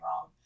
wrong